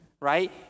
right